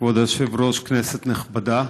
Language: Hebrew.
כבוד היושב-ראש, כנסת נכבדה,